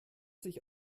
sich